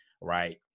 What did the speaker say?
right